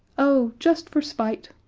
oh just for spite,